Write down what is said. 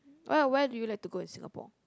where where do you like to go in Singapore